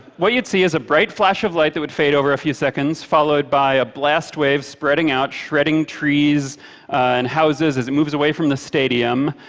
what you'd see is a bright flash of light that would fade over a few seconds, followed by a blast wave spreading out, shredding trees and houses as it moves away from the stadium,